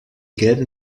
gelben